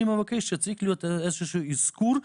שצריך להיות איזשהו אזכור,